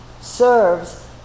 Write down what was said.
serves